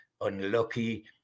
unlucky